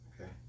Okay